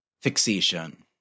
fixation